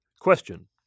Question